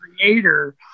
creator